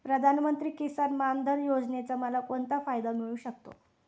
प्रधानमंत्री किसान मान धन योजनेचा मला कोणता फायदा मिळू शकतो?